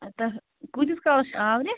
کۭتِس کالَس چھِ آورۍ